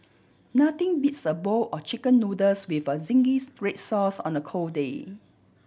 nothing beats a bowl of Chicken Noodles with a zingy red sauce on a cold day